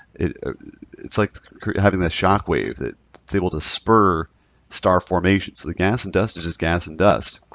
it's like having that shock wave that is able to spur star formation. so the gas and dust is just gas and dust,